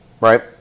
right